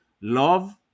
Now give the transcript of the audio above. love